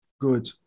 Good